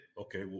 Okay